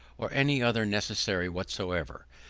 or any other necessary whatsoever,